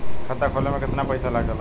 खाता खोले में कितना पईसा लगेला?